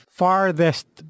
farthest